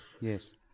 yes